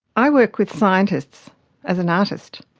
i work with scientists as an artist,